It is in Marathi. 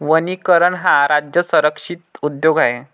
वनीकरण हा राज्य संरक्षित उद्योग आहे